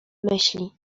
myśli